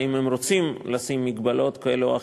האם הם רוצים לשים מגבלות כאלה או אחרות,